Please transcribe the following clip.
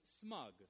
smug